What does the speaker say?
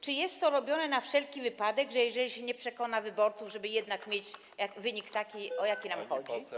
Czy jest to robione na wszelki wypadek: jeżeli się nie przekona wyborców, żeby jednak mieć wynik taki, o jaki wam chodzi?